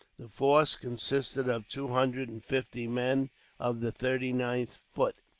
the force consisted of two hundred and fifty men of the thirty ninth foot,